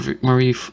marie